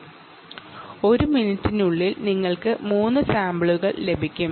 1 മിനിറ്റിനുള്ളിൽ നിങ്ങൾക്ക് 3 സാമ്പിളുകൾ ലഭിക്കും